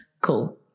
Cool